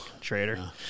traitor